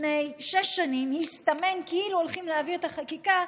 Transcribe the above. לפני שש שנים הסתמן שהולכים להעביר את החקיקה,